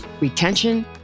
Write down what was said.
retention